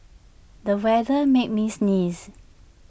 the weather made me sneeze